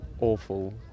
awful